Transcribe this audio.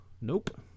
Nope